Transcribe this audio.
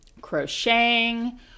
crocheting